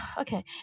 okay